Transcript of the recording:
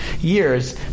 years